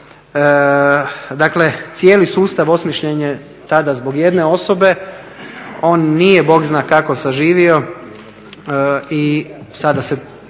Dakle, cijeli sustav osmišljen je tada zbog jedne osobe, on nije Bog zna kako saživio i sad se,